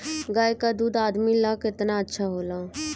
गाय का दूध आदमी ला कितना अच्छा होला?